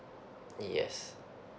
yes